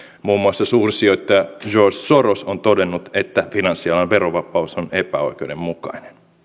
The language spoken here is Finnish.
muassa suursijoittaja george soros on todennut että finanssialan verovapaus on epäoikeudenmukainen